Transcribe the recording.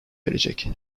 verecek